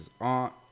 aunt